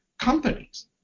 companies